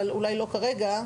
אבל אולי לא כרגע.